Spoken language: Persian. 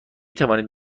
توانید